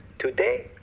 Today